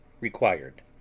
REQUIRED